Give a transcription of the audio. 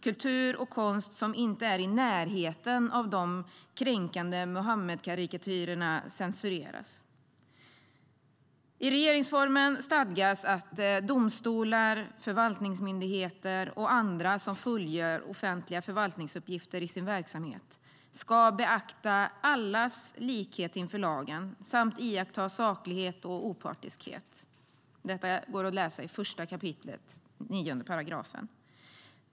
Kultur och konst som inte är i närheten av de kränkande Muhammedkarikatyrerna censureras.I regeringsformen stadgas att domstolar, förvaltningsmyndigheter och andra som fullgör offentliga förvaltningsuppgifter i sin verksamhet ska beakta allas likhet inför lagen samt iaktta saklighet och opartiskhet. Det går att läsa i 1 kap. 9 §.